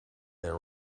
their